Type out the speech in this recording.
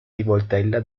rivoltella